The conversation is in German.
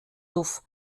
duff